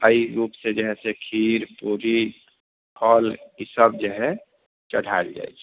तऽ एहि रुपसँ जे है खीर पूरी फल ई सभ जे है चढ़ाएल जाइत छै